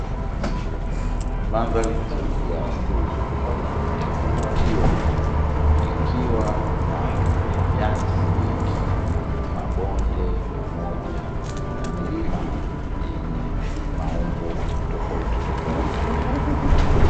Mandhari nzuri ya asili ya kuvutia, ikiwa na nyasi nyingi, mabonde pamoja na milima yenye maumbo tofautitofauti.